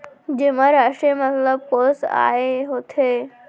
जेमा राशि मतलब कोस आय होथे?